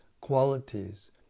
qualities